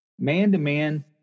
Man-to-man